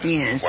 Yes